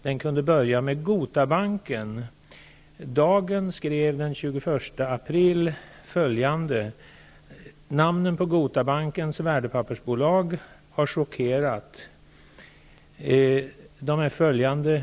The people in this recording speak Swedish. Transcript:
Den kunde börja med att titta på ''Namnen på Gotabankens värdepappersbolag har chockerat --.